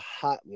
hotline